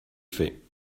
fait